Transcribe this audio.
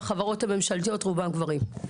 בחברות הממשלתיות, רובם גברים.